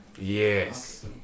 Yes